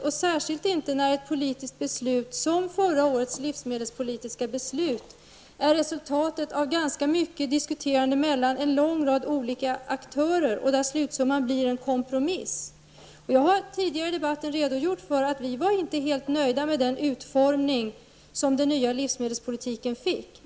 I synnerhet är det inte så enkelt när ett politiskt beslut, som förra årets livsmedelspolitiska beslut, är resultatet av ganska mycket diskuterande mellan en lång rad olika aktörer och slutsumman blir en kompromiss. Jag har tidigare i debatten redogjort för att vi inte var helt nöjda med den utformning som den nya livsmedelspolitiken fick.